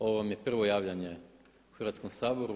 Ovo vam je prvo javljanje u Hrvatskom saboru.